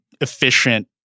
efficient